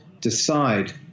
decide